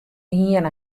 hiene